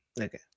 Okay